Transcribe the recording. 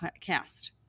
cast